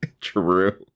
true